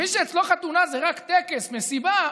מי שאצלו חתונה זה רק טקס, מסיבה.